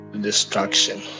destruction